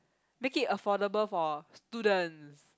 make it affordable for students